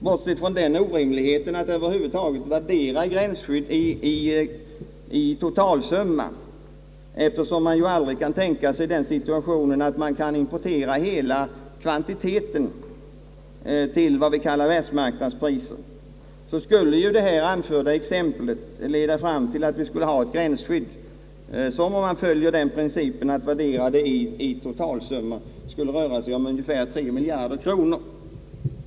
Bortsett från orimligheten i att över huvud taget värdera gränsskydd i totalsumma, eftersom man ju aldrig kan tänka sig den situationen att man kan importera hela kvantiteten till vad vi kallar världsmarknadspriser, skulle det här anförda exemplet leda fram till att vi skulle ha ett gränsskydd som, om man följer den principen att värdera det hela i totalsumma, skulle röra sig om ungefär tre miljarder kronor.